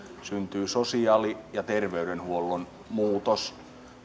syntyy sosiaali ja terveydenhuollon muutos